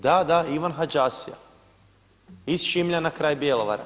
Da, da, Ivan Hađasija iz Šimljana kraj Bjelovara.